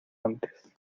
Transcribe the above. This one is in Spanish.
antes